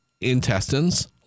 intestines